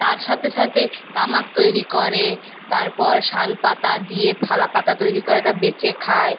তার সাথে সাথে তামাক তৈরি করে তারপর শালপাতা দিয়ে থালাপাতা তৈরি করে তা বেচে খায়